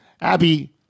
Abby